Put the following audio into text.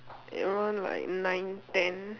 around like nine ten